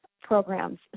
programs